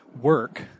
work